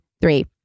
three